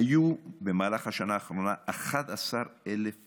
היו במהלך השנה האחרונה 11,000 פניות,